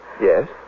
Yes